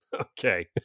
okay